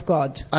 God